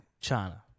China